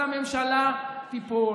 אז הממשלה תיפול.